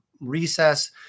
recess